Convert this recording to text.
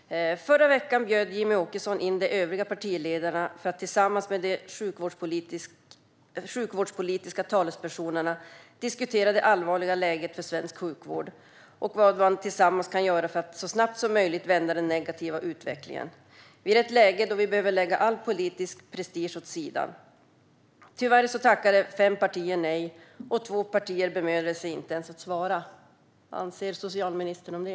Herr talman! Förra veckan bjöd Jimmie Åkesson in de övriga partiledarna för att tillsammans med de sjukvårdspolitiska talespersonerna diskutera det allvarliga läget för svensk sjukvård och vad man tillsammans kan göra för att så snabbt som möjligt vända den negativa utvecklingen. Vi är i ett läge då vi behöver lägga all politisk prestige åt sidan. Tyvärr tackade fem partier nej, och två partier bemödade sig inte ens att svara. Vad anser socialministern om det?